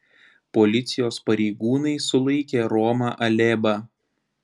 policijos pareigūnai sulaikė romą alėbą